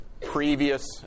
previous